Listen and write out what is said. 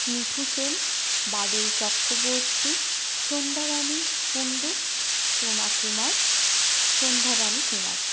Mithu Sen Badal Chakraborty Sandhyarani Kundu Soma Kumar Sandhyarani Kumar